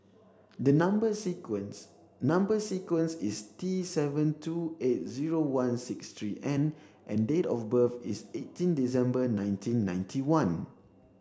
the number sequence number sequence is T seven two eight zero one six three N and date of birth is eighteen December nineteen ninety one